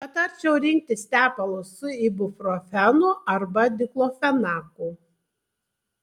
patarčiau rinktis tepalus su ibuprofenu arba diklofenaku